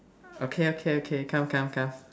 okay okay okay come come come